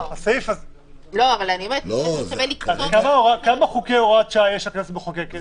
כמה חוקי הוראת שעה הכנסת מחוקקת?